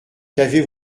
qu’avez